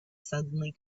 suddenly